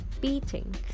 beating